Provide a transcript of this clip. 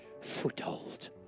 foothold